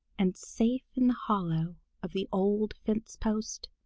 and safe in the hollow of the old fence-post,